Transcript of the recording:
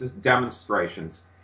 demonstrations